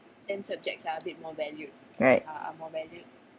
right